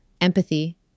empathy